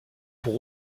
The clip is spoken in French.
pour